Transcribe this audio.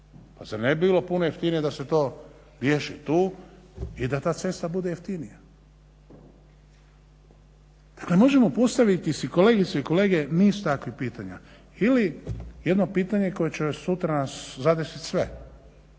Pa zar ne bi bilo puno jeftinije da se to riješi tu i da ta cesta bude jeftinija? Dakle možemo si postaviti kolegice i kolege niz takvih pitanja ili jedno pitanje koje će nas zadesiti sve